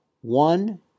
One